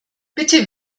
bitte